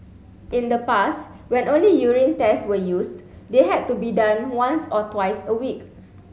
in the past when only urine tests were used they had to be done once or twice a week